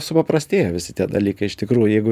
supaprastėję visi tie dalykai iš tikrųjų jeigu